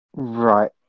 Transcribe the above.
right